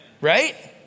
Right